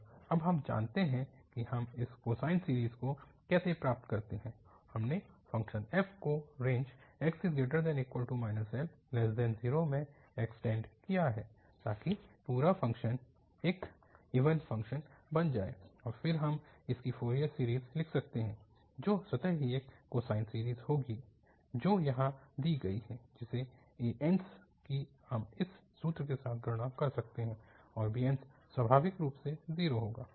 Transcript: और अब हम जानते हैं कि हम इस कोसाइन सीरीज़ को कैसे प्राप्त करते हैं हमने फ़ंक्शन f को रेंज Lx0 में एक्सटेंड किया है ताकि पूरा फ़ंक्शन एक इवन फ़ंक्शन बन जाए और फिर हम इसकी फ़ोरियर सीरीज़ लिख सकते है जो स्वतः ही एक कोसाइन सीरीज़ होगी जो यहाँ दी गई है जिस ans की हम इस सूत्र के साथ गणना कर सकते हैं और bns स्वाभाविक रूप से 0 होगा